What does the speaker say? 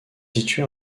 situé